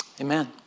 Amen